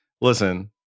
listen